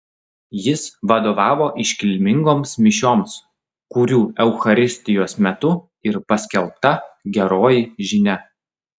jis vadovavo iškilmingoms mišioms kurių eucharistijos metu ir paskelbta geroji žinia